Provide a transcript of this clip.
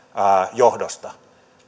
johdosta